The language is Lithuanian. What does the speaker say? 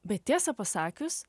bet tiesą pasakius